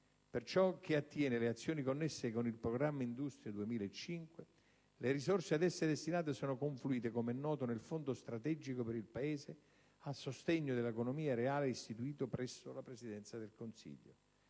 Per ciò che attiene alle azioni connesse con il Programma industria 2015, le risorse ad esse destinate sono confluite, come noto, nel fondo strategico per il Paese a sostegno dell'economia reale, istituito presso la Presidenza del Consiglio.